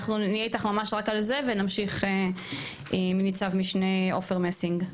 אנחנו נהיה איתך ממש רק על זה ונמשיך עם ניצב משנה עופר מסינג.